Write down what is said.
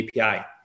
API